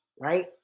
right